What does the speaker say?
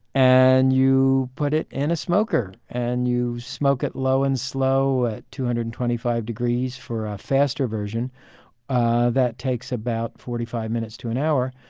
and you put it in a smoker and you smoke it low and slow at two hundred and twenty five degrees for a faster version that takes about forty five minutes to an hour.